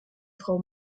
frau